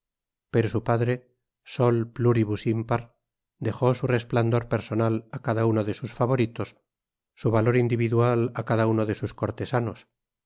pero su padre sol pluribus impar dejó su resplandor personal á cada uno de sus favoritos su valor individual á cada uno de sus cortesanos